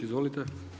Izvolite.